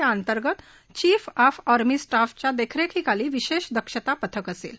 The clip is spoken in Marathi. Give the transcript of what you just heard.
या अंतर्गत चिफ ऑफ आर्मी स्टॉफच्या देखरेखीखाली वि शेष दक्षता पथक असेल